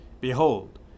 Behold